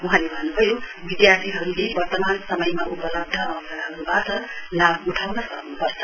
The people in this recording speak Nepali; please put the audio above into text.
वहाँले भन्नुभयो विधार्थीहरूले वर्तमान समयमा उपलब्ध अवसरहरूवाट लाभ उठाउन सक्न्पर्छ